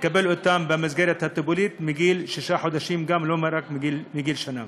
יקבלו אותם במסגרת הטיפולית גם מגיל שישה חודשים ולא רק מגיל שנה.